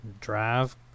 drive